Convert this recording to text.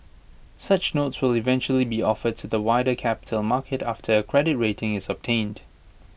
such notes will eventually be offered to the wider capital market after A credit rating is obtained